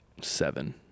seven